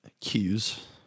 cues